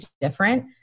different